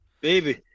Baby